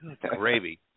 gravy